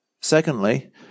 Secondly